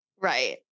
Right